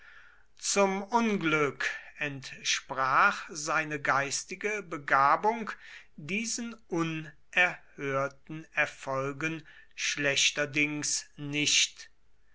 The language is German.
zum unglück entsprach seine geistige begabung diesen unerhörten erfolgen schlechterdings nicht